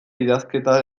idazketa